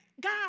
God